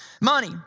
money